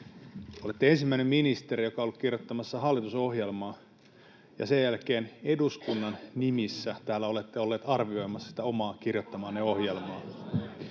olette ensimmäinen ministeri, joka on ollut kirjoittamassa hallitusohjelmaa, ja sen jälkeen eduskunnan nimissä täällä olette ollut arvioimassa sitä omaa, kirjoittamaanne ohjelmaa.